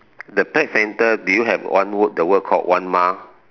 the pet centre do you have one word the word called one mile